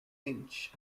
inch